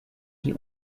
die